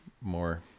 more